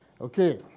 Okay